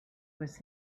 was